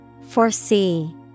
Foresee